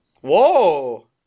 Whoa